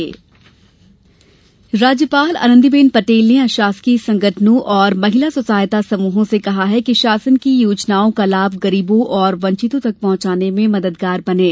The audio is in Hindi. राज्यपाल राज्यपाल श्रीमती आनंदीबेन पटेल ने अशासकीय संगठनों एवं महिला स्व सहायता समूहों से कहा है कि शासन की योजनाओं का लाभ गरीबों और वंचितों तक पहुँचाने में मददगार बनें